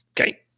Okay